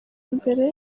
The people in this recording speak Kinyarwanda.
mbere